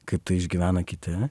kaip tai išgyvena kiti